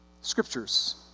scriptures